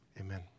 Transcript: Amen